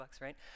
right